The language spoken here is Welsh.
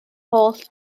holl